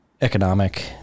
economic